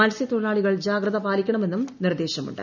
മത്സ്യത്തൊഴിലാളികൾ ജാഗ്രത പാലിക്കണമെന്നും നിർദേശമുണ്ട്